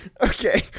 okay